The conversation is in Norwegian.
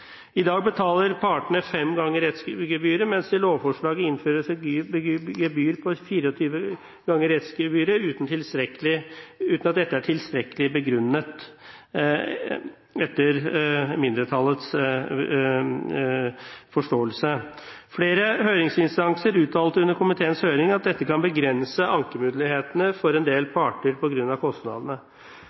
I dag betaler partene fem ganger rettsgebyret, mens det i lovforslaget innføres et gebyr på 24 ganger rettsgebyret uten at dette, etter mindretallets forståelse, er tilstrekkelig begrunnet. Flere høringsinstanser uttalte under komiteens høring at dette kan begrense ankemulighetene for en del parter på grunn av kostnadene.